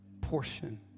portion